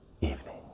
evening